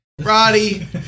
Roddy